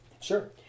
Sure